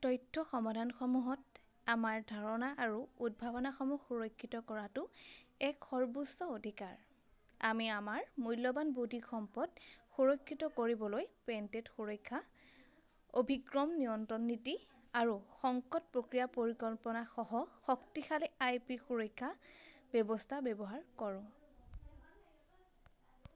তথ্য সমাধানসমূহত আমাৰ ধাৰণা আৰু উদ্ভাৱনাসমূহ সুৰক্ষিত কৰাটো এক সৰ্বোচ্চ অধিকাৰ আমি আমাৰ মূল্যৱান বৌদ্ধিক সম্পদ সুৰক্ষিত কৰিবলৈ পেণ্টেট সুৰক্ষা অভিক্ৰম নিয়ন্ত্ৰণ নীতি আৰু সংকট প্ৰক্ৰিয়া পৰিকল্পনা সহ শক্তিশালী আই পি সুৰক্ষা ব্যৱস্থা ব্যৱহাৰ কৰোঁ